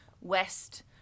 west